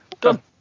done